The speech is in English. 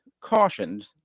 cautioned